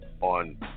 on